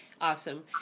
awesome